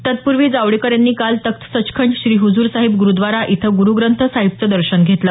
तत्पूर्वी जावडेकर यांनी काल तख्त सचखंड श्री हुजूर साहिब गुरुद्वारा इथं गुरुग्रथ साहिबचं दर्शन घेतलं